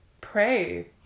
pray